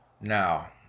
Now